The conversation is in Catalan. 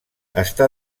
està